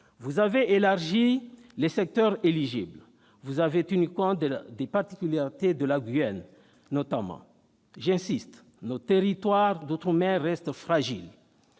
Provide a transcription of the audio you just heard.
Vous avez élargi les secteurs éligibles. Vous avez tenu compte des particularités de la Guyane, notamment. J'insiste, nos territoires d'outre-mer restent fragiles.